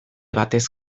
batez